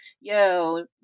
yo